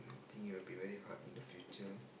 think it will be very hard in the future